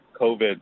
COVID